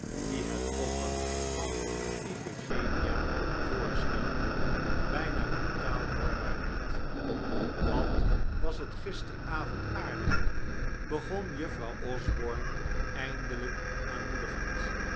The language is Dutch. die het offer van iphigenia voorstelde bijna brutaal hoorbaar werd wat was het gisterenavond aardig begon juffrouw osborne eindelijk aanmoedigend